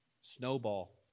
Snowball